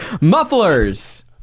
Mufflers